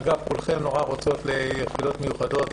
אגב, כולכן נורא רוצות ללכת ליחידות מיוחדות.